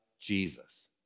Jesus